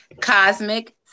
Cosmic